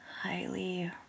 highly